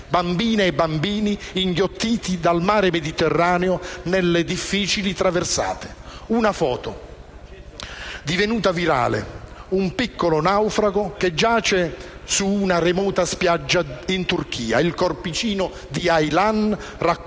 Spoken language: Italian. bambine e bambini, inghiottiti dal mar Mediterraneo nelle difficili traversate. È divenuta virale la foto di un piccolo naufrago che giace su una remota spiaggia in Turchia: il corpicino di Aylan, raccolto